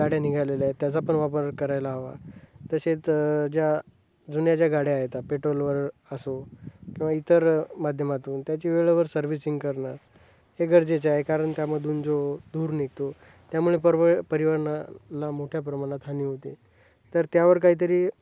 गाड्या निघालेल्या आहेत त्याचा पण वापर करायला हवा तसेच ज्या जुन्या ज्या गाड्या आहेत त्या पेट्रोलवर असो किंवा इतर माध्यमातून त्याची वेळेवर सर्व्हिसिंग करणं हे गरजेचे आहे कारण त्यामधून जो धूर निघतो त्यामुळे परव परिवहनाला मोठ्या प्रमाणात हानी होते तर त्यावर काहीतरी